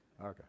Okay